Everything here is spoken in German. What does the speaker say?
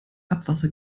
abwasser